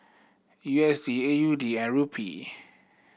U S D A U D and Rupee